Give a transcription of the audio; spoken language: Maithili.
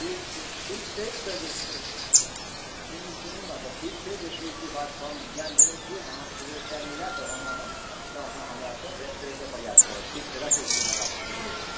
ठीक छै ठीक छै तऽ जे छै से तीन सूनू ने तऽ ठीक छै जे छै से ई बात के हम ध्यान देने छियै अहाँके जहिओ टाइम मिलत दरभंगा मे तऽ अहाँ हमरा सँ भेट करे के प्रयास करब ठीक छै राखै छी इएह बात के कहि के